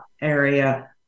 area